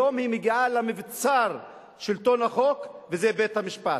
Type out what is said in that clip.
היום היא מגיעה למבצר שלטון החוק, וזה בית-המשפט.